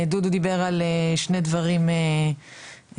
דודו דיבר על שני דברים עיקריים,